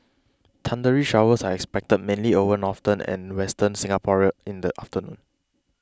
thundery showers are expected mainly over northern and western Singapore in the afternoon